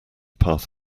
path